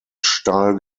stahl